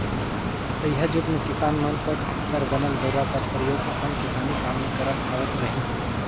तइहा जुग मे किसान मन पट कर बनल डोरा कर परियोग अपन किसानी काम मे करत आवत रहिन